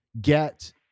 get